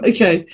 Okay